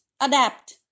adapt